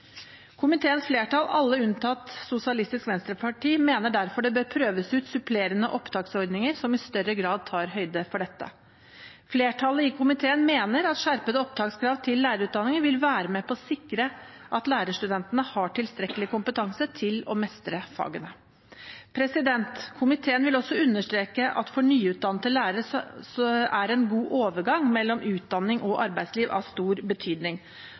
Komiteens flertall, alle unntatt Sosialistisk Venstreparti, mener derfor det bør prøves ut supplerende opptaksordninger som i større grad tar høyde for dette. Flertallet i komiteen mener at skjerpede opptakskrav til lærerutdanningen vil være med på å sikre at lærerstudentene har tilstrekkelig kompetanse til å mestre fagene. Komiteen vil også understreke at for nyutdannede lærere er en god overgang mellom utdanning og arbeidsliv av stor betydning.